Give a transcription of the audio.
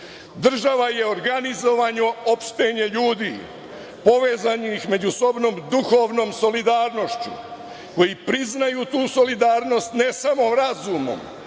Država je organizovano opštenje ljudi povezanih međusobno duhovnom solidarnošću, koji priznaju tu solidarnost ne samo razumom,